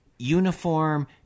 uniform